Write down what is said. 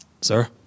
Sir